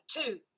two